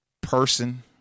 person